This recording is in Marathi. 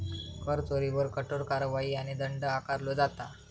कर चोरीवर कठोर कारवाई आणि दंड आकारलो जाता